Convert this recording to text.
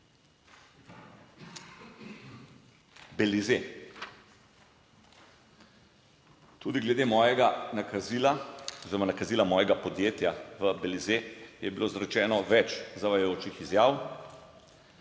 Belize. Tudi glede mojega nakazila oziroma nakazila mojega podjetja v Belize je bilo izrečeno več zavajajočih izjav.